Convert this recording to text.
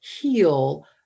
heal